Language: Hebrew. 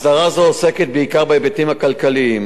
הסדרה זו עוסקת בעיקר בהיבטים הכלכליים,